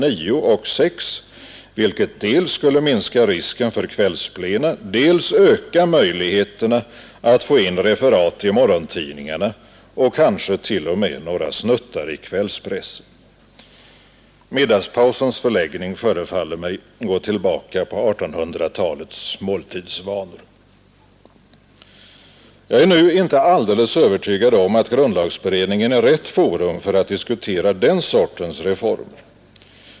9 och 6, vilket dels skulle minska risken för kvällsplena, dels öka möjligheterna att få in referat i morgontidningarna och kanske t.o.m. några ”snuttar” i kvällspressen. Middagspausens förläggning förefaller mig gå tillbaka på 1800-talets måltidsvanor. Jag är inte alldeles övertygad om att grundlagberedningen är rätt forum för att diskutera sådana reformer.